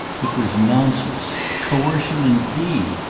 it was nonsense. coercion, indeed!